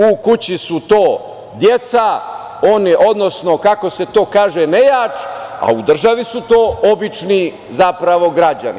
U kući su to deca, odnosno kako se to kaže nejač, a u državi su to obični zapravo građani.